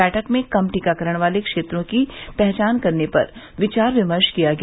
बैठक में कम टीकाकरण वाले क्षेत्रों की पहचान करने पर विचार विमर्श किया गया